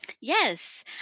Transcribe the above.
Yes